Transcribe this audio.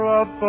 up